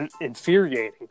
infuriating